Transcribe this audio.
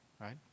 right